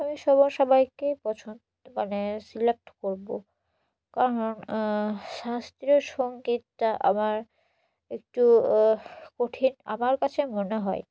আমি সবার সবাইকেই পছন্দ মানে সিলেক্ট করবো কারণ শাস্ত্রীয় সঙ্গীতটা আমার একটু কঠিন আমার কাছে মনে হয়